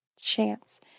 chance